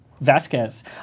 Vasquez